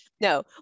No